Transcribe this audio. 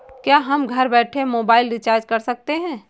क्या हम घर बैठे मोबाइल रिचार्ज कर सकते हैं?